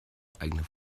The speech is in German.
eigene